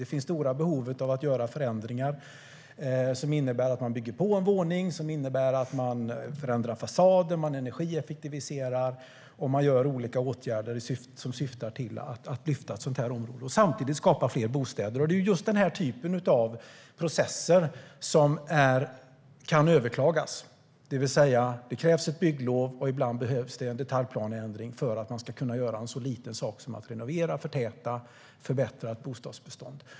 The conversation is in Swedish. Det finns stora behov av att göra förändringar som innebär att man bygger på en våning, förändrar fasaden, energieffektiviserar och vidtar olika åtgärder som syftar till att lyfta ett sådant här område och samtidigt skapa fler bostäder. Det är just denna typ av processer som kan överklagas. Det krävs ett bygglov, och ibland behövs en detaljplaneändring för att man ska kunna göra en så liten sak som att renovera, förtäta och förbättra ett bostadsbestånd.